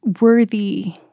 worthy